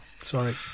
Sorry